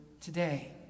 today